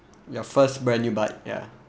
your first brand new bike ya